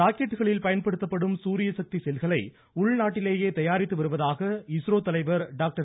ராக்கெட்டுகளில் பயன்படுத்தப்படும் சூரியசக்தி செல்களை உள் நாட்டிலேயே தயாரித்துவருவதாக இஸ்ரோ தலைவர் டாக்டர்